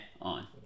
on